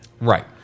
Right